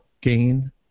gain